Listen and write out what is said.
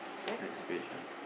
next page ah